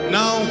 now